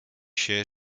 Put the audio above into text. się